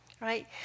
right